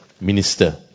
Minister